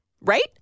right